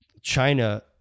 China